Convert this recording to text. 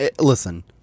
listen